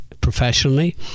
professionally